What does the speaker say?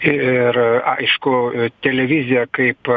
ir aišku televizija kaip